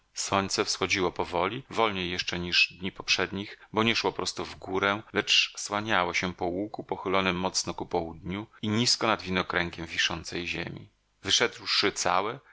słońce wschodziło powoli wolniej jeszcze niż dni poprzednich bo nie szło prosto w górę lecz słaniało się po łuku pochylonym mocno ku południu i nizko nad widnokręgiem wiszącej ziemi wyszedłszy całe